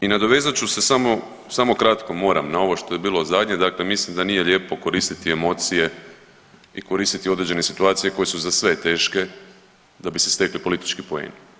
I nadovezat ću se samo, samo kratko, moram na ovo što je bilo zadnje dakle mislim da nije lijepo koristiti emocije i koristiti određene situacije koje su za sve teške da bi se stekli politički poeni.